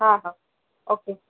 हा हा ओके